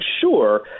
Sure